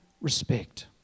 respect